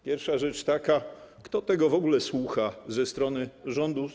Pierwsza rzecz jest taka: Kto tego w ogóle słucha ze strony rządu?